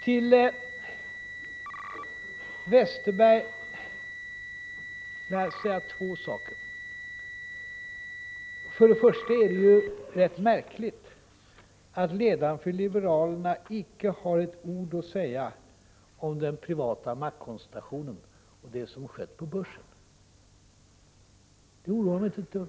Till Bengt Westerberg vill jag säga två saker. Först och främst är det rätt märkligt att ledaren för liberalerna inte har ett ord att säga om den privata maktkoncentrationen och det som skett på börsen. Det oroar honom tydligen inte ett dugg.